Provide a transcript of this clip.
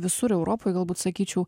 visur europoj galbūt sakyčiau